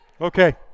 Okay